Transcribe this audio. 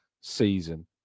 season